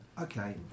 okay